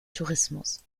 tourismus